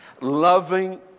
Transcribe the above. loving